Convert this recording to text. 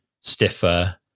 stiffer